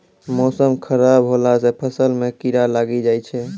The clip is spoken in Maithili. मौसम खराब हौला से फ़सल मे कीड़ा लागी जाय छै?